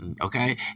Okay